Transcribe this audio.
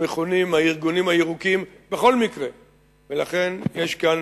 המכונים הארגונים הירוקים, ויש כאן